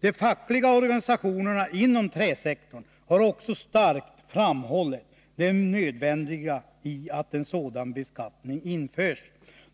De fackliga organisationerna inom träsektorn har också starkt framhållit det nödvändiga i att en sådan beskattning införs.